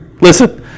Listen